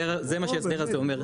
זה מה שההסדר הזה אומר.